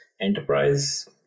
enterprise